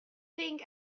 think